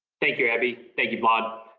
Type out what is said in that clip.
thank you, abbie. thank you, vlad.